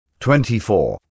24